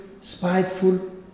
spiteful